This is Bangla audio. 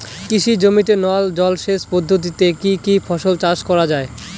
কৃষি জমিতে নল জলসেচ পদ্ধতিতে কী কী ফসল চাষ করা য়ায়?